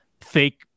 fake